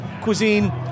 cuisine